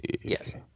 yes